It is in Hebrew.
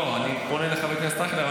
לא, אני פונה לחבר הכנסת אייכלר.